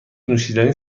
نوشیدنی